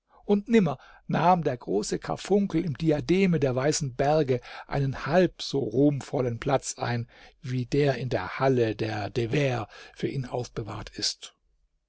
und nimmer nahm der große karfunkel im diademe der weißen berge einen halb so ruhmvollen platz ein wie der in der halle der de vere für ihn aufbewahrt ist